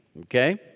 Okay